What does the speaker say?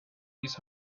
these